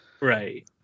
Right